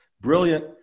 brilliant